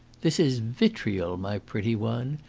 this is vitriol, my pretty one.